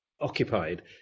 occupied